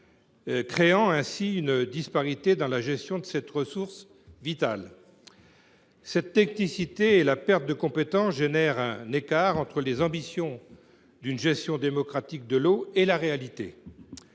créant ainsi une disparité dans la gestion de cette ressource vitale. Cette technicité et la perte de compétences engendrent un écart entre les ambitions d’une gestion démocratique de l’eau et la réalité.